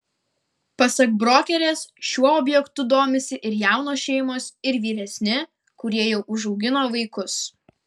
pasak brokerės šiuo objektu domisi ir jaunos šeimos ir vyresni kurie jau užaugino vaikus